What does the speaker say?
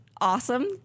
awesome